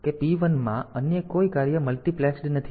તેથી P 1 માં અન્ય કોઈ કાર્ય મલ્ટિપ્લેકસ્ડ નથી